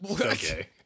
Okay